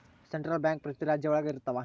central bank ಪ್ರತಿ ರಾಜ್ಯ ಒಳಗ ಇರ್ತವ